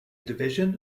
division